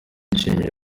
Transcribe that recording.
ishimishije